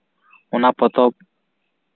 ᱚᱱᱟ ᱯᱚᱛᱚᱵ